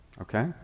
Okay